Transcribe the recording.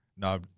No